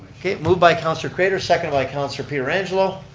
okay, moved by councilor craitor, seconded by councilor pietrangelo.